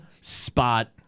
spot